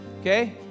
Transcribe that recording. okay